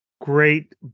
great